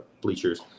bleachers